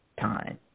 time